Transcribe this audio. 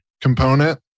component